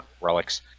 relics